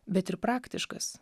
bet ir praktiškas